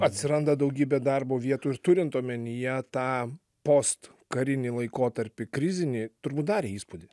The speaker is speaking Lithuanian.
atsiranda daugybė darbo vietų ir turint omenyje tą postkarinį laikotarpį krizinį turbūt darė įspūdį